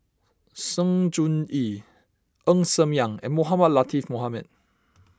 Sng Choon Yee Ng Ser Miang and Mohamed Latiff Mohamed